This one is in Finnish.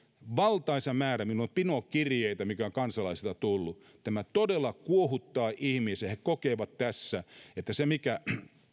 valtaisa määrä pino pino kirjeitä mitkä ovat kansalaisilta tulleet tämä todella kuohuttaa ihmisiä he kokevat tässä että se mikä